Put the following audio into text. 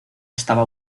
estaba